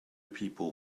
people